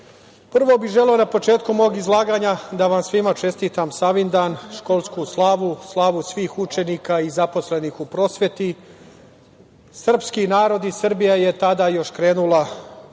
prvo bih želeo, na početku mog izlaganja, da vam svima čestitam Savindan, školsku slavu, slavu svih učenika i zaposlenih u prosvetu. Srpski narod i Srbija su još tada krenuli,